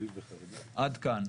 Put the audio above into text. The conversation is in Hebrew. עד כאן.